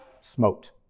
smote